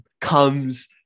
comes